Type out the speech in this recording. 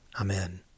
Amen